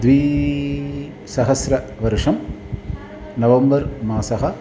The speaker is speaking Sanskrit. द्विसहस्रवर्षं नवम्बर् मासः